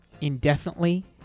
indefinitely